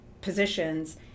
positions